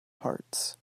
parts